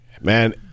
Man